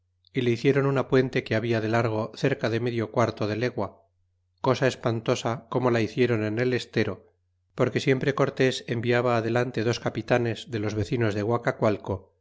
y le hicióron una puente que habla de largo cerca de medio quarto de legua cosa espantosa como la hiciéron en el estero porque siempre cortés enviaba adelante dos capitanes de los vecinos de